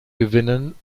gewinnen